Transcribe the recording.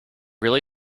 really